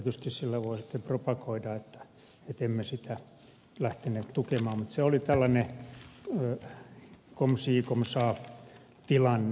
tietysti sillä voi sitten propagoida että emme sitä lähteneet tukemaan mutta se oli tällainen comme ci comme ca tilanne